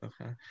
okay